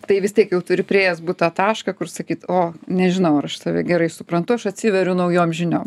tai vis tiek jau turi priėjęs būt tą tašką kur sakyt o nežinau ar aš save gerai suprantu aš atsiveriu naujom žiniom